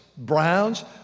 Browns